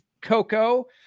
Coco